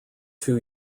two